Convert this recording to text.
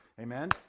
Amen